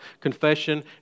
confession